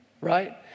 right